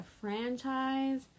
franchise